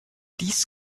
dies